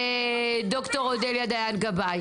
ד"ר אודליה דיין-גבאי.